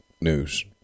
news